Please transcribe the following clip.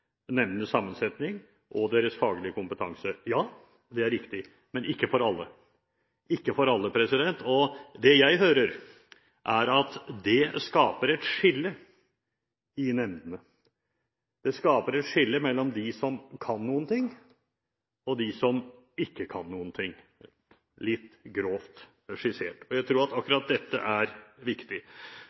sammensetning og deres faglige kompetanse. Ja, det er riktig, men ikke for alle. Det jeg hører, er at det skaper et skille i nemndene. Det skaper et skille mellom de som kan noen ting, og de som ikke kan noen ting – litt grovt skissert. Jeg tror at akkurat dette er viktig.